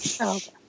Okay